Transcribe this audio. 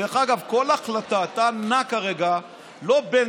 דרך אגב, כל החלטה, אתה נע כרגע לא בין